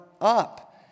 up